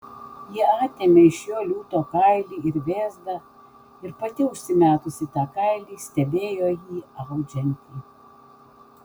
ji atėmė iš jo liūto kailį ir vėzdą ir pati užsimetusi tą kailį stebėjo jį audžiantį